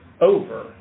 over